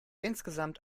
insgesamt